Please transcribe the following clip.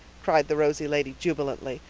cried the rosy lady jubilantly.